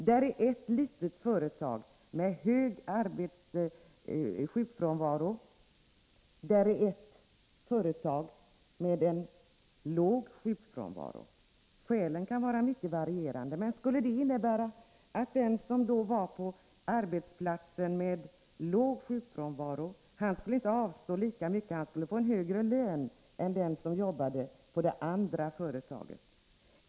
Där finns ett litet företag med hög sjukfrånvaro, och där finns ett annat företag med låg sjukfrånvaro. Skälen till detta kan vara mycket varierande. Men skulle det innebära att den som jobbar på arbetsplatsen med låg sjukfrånvaro inte skulle avstå lika mycket utan få en högre lön än den som jobbar i det andra företaget?